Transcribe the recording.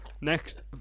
Next